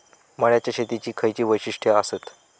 मळ्याच्या शेतीची खयची वैशिष्ठ आसत?